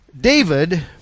David